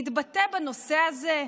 מתבטא בנושא הזה?